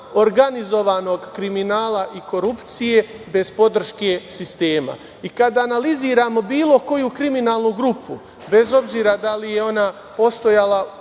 organizovanog kriminala i korupcije bez podrške sistema. Kada analiziramo bilo koju kriminalnu grupu, bez obzira da li je ona postojala